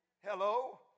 Hello